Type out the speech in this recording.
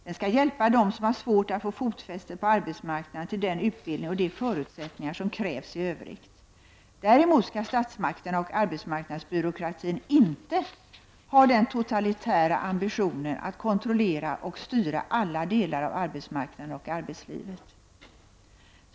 Den skall hjälpa dem som har svårt att få fotfäste på arbetsmarknaden till den utbildning och de förutsättningar som krävs i övrigt. Däremot skall statsmakterna och arbetsmarknadsbyråkratin inte ha den totalitära ambitionen att kontrollera och styra alla delar av arbetsmarknaden och arbetslivet.